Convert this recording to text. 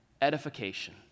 edification